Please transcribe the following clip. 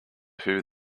who